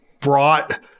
brought